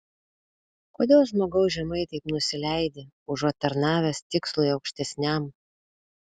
kodėl žmogau žemai taip nusileidi užuot tarnavęs tikslui aukštesniam